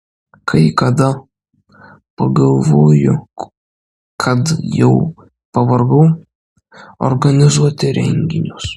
kai kada pagalvoju kad jau pavargau organizuoti renginius